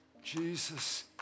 Jesus